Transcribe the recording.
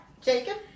Jacob